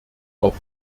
auf